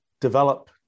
develop